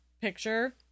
picture